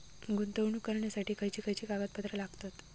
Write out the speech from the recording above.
गुंतवणूक करण्यासाठी खयची खयची कागदपत्रा लागतात?